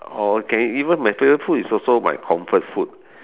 or can even my favorite food is also my comfort food